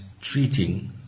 treating